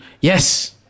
yes